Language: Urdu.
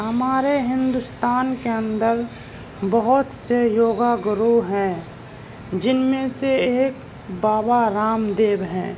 ہمارے ہندوستان کے اندر بہت سے یوگا گرو ہیں جن میں سے ایک بابا رام دیو ہیں